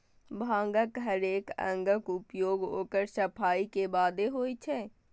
भांगक हरेक अंगक उपयोग ओकर सफाइ के बादे होइ छै